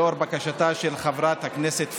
לאור בקשתה של חברת הכנסת פרומן.